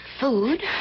Food